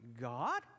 God